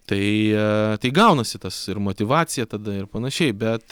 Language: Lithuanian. tai tai gaunasi tas ir motyvacija tada ir panašiai bet